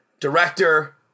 Director